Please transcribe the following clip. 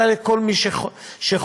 אלא לכל מי שחופש,